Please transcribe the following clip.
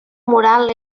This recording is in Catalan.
moral